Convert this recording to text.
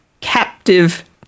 captive